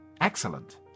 Excellent